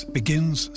begins